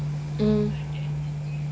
mm